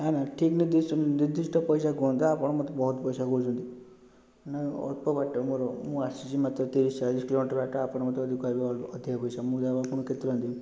ନା ନା ଠିକ୍ ନିର୍ଦ୍ଦିଷ୍ଟ ନିର୍ଦ୍ଦିଷ୍ଟ ପଇସା କୁହନ୍ତୁ ଆପଣ ମୋତେ ବହୁତ ପଇସା କହୁଛନ୍ତି ନା ଅଳ୍ପ ବାଟ ମୋର ମୁଁ ଆସିଛି ମାତ୍ର ତିରିଶ ଚାଳିଶ କିଲୋମିଟର ବାଟ ଆପଣ ମୋତେ ଯଦି କହିବେ ଅଧିକା ପଇସା ମୁଁ ଆପଣଙ୍କୁ କେତେ ଟଙ୍କା ଦେବି